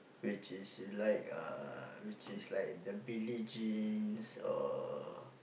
which is you like uh which is like the Billie-Jean or